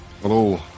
Hello